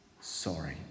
sorry